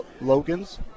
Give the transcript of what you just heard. Logan's